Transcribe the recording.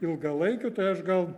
ilgalaikių tai aš gal